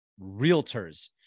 realtors